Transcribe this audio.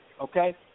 okay